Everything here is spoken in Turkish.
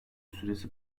süresi